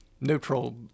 neutral